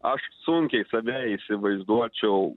aš sunkiai save įsivaizduočiau